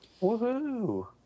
Woohoo